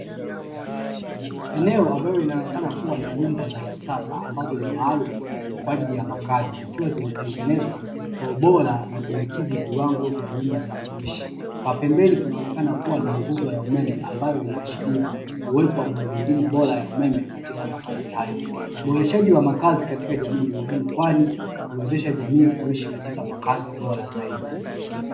Eneo ambalo linaonekana kuwa na nyumba za kisasa ambazo ni maalumu kwa ajili ya makazi zikiwa zimetengenezwa kwa ubora na zimekidhi viwango vya nyumba za kuishi, kwa pembeni kunaonekana kuwa na nguzo ya umeme ambayo inaashiria uwepo wa miundombinu bora ya umeme katika makazi hayo. Uboreshaji wa makazi katika jamii ni muhimu kwani uwezesha jamii kuishi katika makazi bora zaidi.